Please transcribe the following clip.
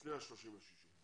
לפני ה-30 ביוני.